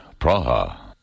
Praha